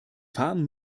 fahren